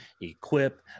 equip